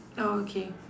orh okay